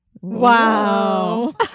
Wow